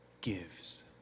gives